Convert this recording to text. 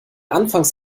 anfangs